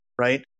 right